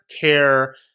care